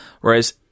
whereas